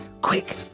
Quick